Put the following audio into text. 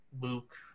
Luke